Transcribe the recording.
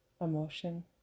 emotion